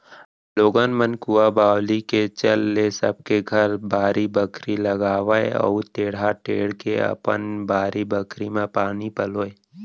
लोगन मन कुंआ बावली के चल ले सब के घर बाड़ी बखरी लगावय अउ टेड़ा टेंड़ के अपन बारी बखरी म पानी पलोवय